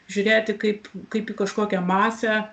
žiūrėti kaip kaip į kažkokią masę